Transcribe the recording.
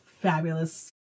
fabulous